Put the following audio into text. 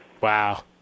Wow